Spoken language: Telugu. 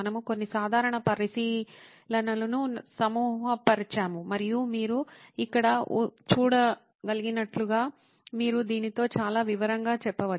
మనము కొన్ని సాధారణ పరిశీలనలను సమూహపరిచాము మరియు మీరు ఇక్కడ చూడగలిగినట్లుగా మీరు దీనితో చాలా వివరంగా చెప్పవచ్చు